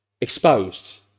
exposed